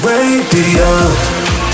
Radio